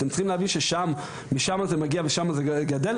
אם צריכים להבין שמשם זה מגיע ושם זה גדל.